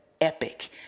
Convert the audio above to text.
epic